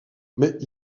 mais